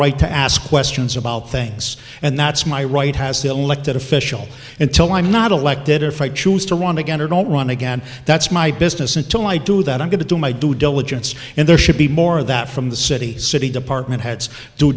right to ask questions about things and that's my right has the elected official until i'm not elected if i choose to want to get or don't want to get and that's my business until i do that i'm going to do my due diligence and there should be more of that from the city city department heads due